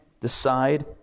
decide